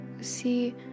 see